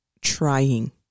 trying